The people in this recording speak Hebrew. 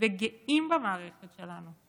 וגאים במערכת שלנו,